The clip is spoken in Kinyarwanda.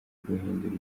guhindura